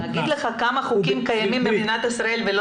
להגיד לך כמה חוקים קיימים במדינת ישראל ולא